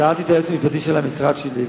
שאלתי את היועץ המשפטי של המשרד שלי,